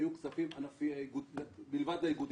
היו כספים בלבד לאיגודים.